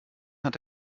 hat